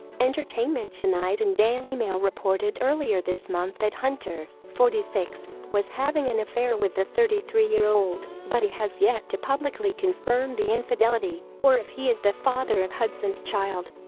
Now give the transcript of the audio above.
entertainment tonight and dailymail reported earlier this month that hunter, forty six, was having an affair with the thirty three year old, but he has yet to publicly confirm the infidelity or if he is the father of hudson's child